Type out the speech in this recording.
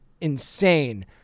insane